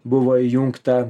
buvo įjungta